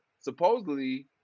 Supposedly